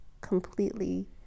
completely